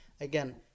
again